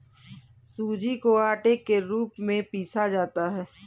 सूजी को आटे के रूप में पीसा जाता है